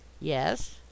Yes